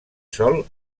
sol